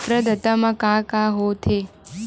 प्रदाता मा का का हो थे?